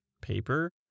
paper